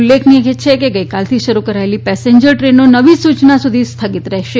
ઉલ્લેખનીય છે કે ગઈકાલથી શરૂ કરાયેલી પેસેન્જર ટ્રેનો નવી સૂચના સુધી સ્થગીત રહેશે